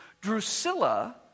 Drusilla